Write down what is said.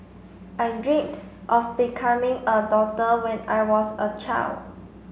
I dreamed of becoming a doctor when I was a child